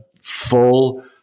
full